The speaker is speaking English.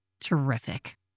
Terrific